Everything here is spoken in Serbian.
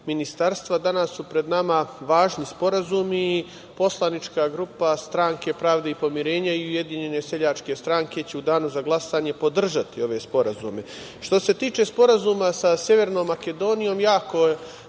danas su pred nama važni sporazumi i poslanička grupa Stranke pravde i pomirenja i Ujedinjene seljačke stranke će u danu za glasanje podržati ove sporazume. Što se tiče Sporazuma sa Severnom Makedonijom, jako